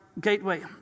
Gateway